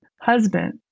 husband